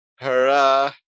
hurrah